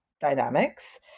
dynamics